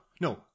no